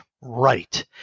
right